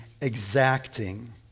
exacting